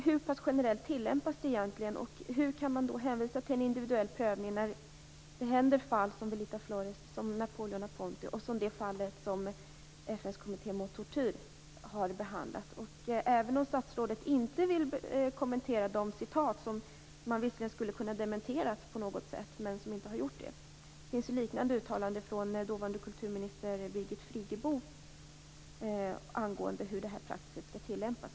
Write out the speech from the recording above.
Hur generellt tillämpas den egentligen, och hur kan man hänvisa till en individuell prövning när det inträffar fall som de med Velita Flores och Napoleon Aponti och som det fall som FN:s kommitté mot tortyr har behandlat? Statsrådet vill inte kommentera citaten. De skulle kunna dementeras på något sätt, men det har inte skett. Det finns liknande uttalanden från dåvarande kulturminister Birgit Friggebo angående hur denna praxis skall tillämpas.